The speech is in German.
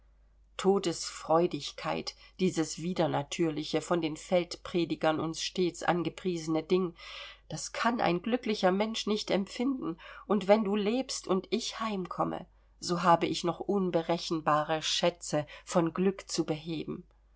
todesfreudigkeit dieses widernatürliche von den feldpredigern uns stets angepriesene ding das kann ein glücklicher mensch nicht empfinden und wenn du lebst und ich heimkomme so habe ich noch unberechenbare schätze von glück zu beheben